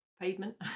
pavement